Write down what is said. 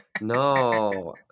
No